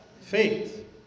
faith